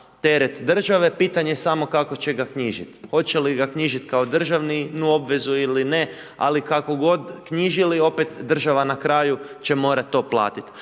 teret države, pitanje je samo kako će ga knjižit, hoće li ga knjižit kao državnu obvezu ili ne, ali kako godi knjižili, opet država na kraju će morat to platit.